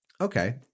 Okay